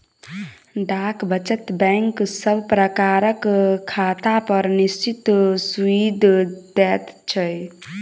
डाक वचत बैंक सब प्रकारक खातापर निश्चित सूइद दैत छै